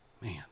Man